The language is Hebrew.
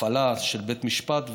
הפעלה של בית משפט,